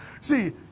See